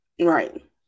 right